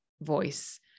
voice